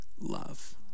love